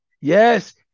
Yes